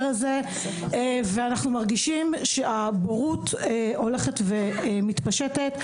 אנחנו מרגישים שהבורות הולכת ומתפשטת.